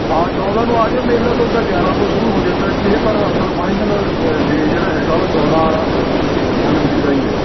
ਹਾਂ ਚੌਦ੍ਹਾਂ ਨੂੰ ਆ ਜਿਓ ਮੇਲਾ ਅਤੇ ਉੱਦਾਂ ਗਿਆਰ੍ਹਾਂ ਤੋਂ ਸ਼ੁਰੂ ਹੋ ਜਾਂਦਾ ਜੀ ਇਹ ਪਰ ਅਸਲ ਫਾਈਨਲ ਡੇ ਜਿਹੜਾ ਹੈਗਾ ਉਹ ਚੌਦ੍ਹਾਂ ਜਨਵਰੀ ਦਾ ਹੀ ਹੈ ਜੀ